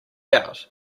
out